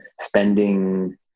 spending